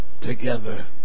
together